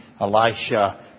Elisha